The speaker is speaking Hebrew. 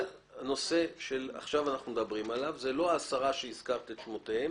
הנושא שעכשיו אנחנו מדברים עליו זה לא אותם עשרה שהזכרת חלק משמותיהם.